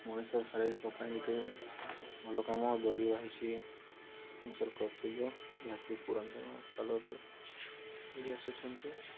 ମଣିଷର ଶାରୀରିକ ପାଇଁ ଗୋଟେ ଭଲ କାମ ଦଳିବାହିଛିି ମଣିଷର କର୍ତ୍ତବ୍ୟ ଯାହାକି ପୁରାତନ କାଳରୁ ଚଳିଆସୁଛନ୍ତି